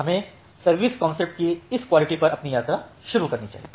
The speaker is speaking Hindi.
हमें सर्विस कांसेप्ट की इस क्वालिटी पर अपनी यात्रा शुरू करनी चाहिए